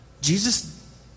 Jesus